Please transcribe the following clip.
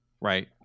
right